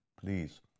please